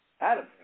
Adam